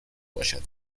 باشد